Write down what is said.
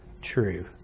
true